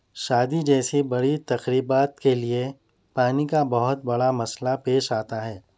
شادی جیسی بڑی تقریبات کے لئے پانی کا بہت بڑا مسئلہ پیش آتا ہے